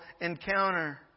encounter